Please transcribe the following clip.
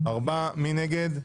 4 מי נגד?